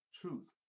truth